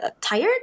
tired